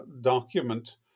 document